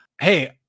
hey